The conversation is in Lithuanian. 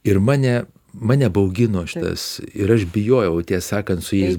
ir mane mane baugino šitas ir aš bijojau tiesą sakant su jais